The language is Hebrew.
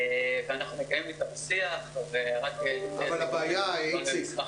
ואנחנו נקיים אתם שיח ועוד רק קיבלנו מסמך